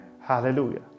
hallelujah